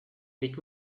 ведь